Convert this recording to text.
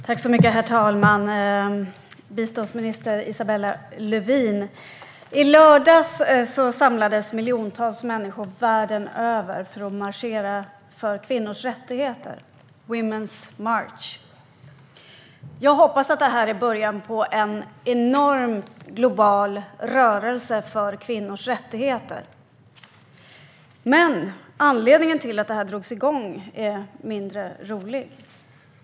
Herr talman och biståndsminister Isabella Lövin! I lördags samlades miljontals människor världen över för att marschera för kvinnors rättigheter i Women's March. Jag hoppas att detta är början på en enorm global rörelse för kvinnors rättigheter. Men anledningen till att det här drogs igång är mindre rolig.